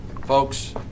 Folks